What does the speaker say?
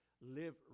live